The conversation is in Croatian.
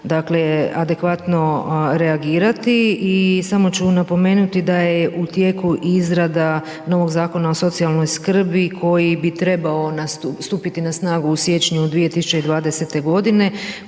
dakle, adekvatno reagirati i samo ću napomenuti da je u tijeku izrada novog Zakona o socijalnoj skrbi koji bi trebao stupiti na snagu u siječnju 2020.g.